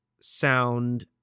sound